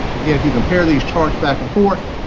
again, if you compare these charts back and forth,